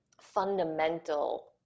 fundamental